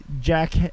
Jack